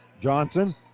Johnson